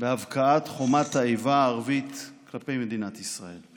חומות האיבה הערבית כלפי מדינת ישראל.